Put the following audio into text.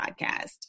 podcast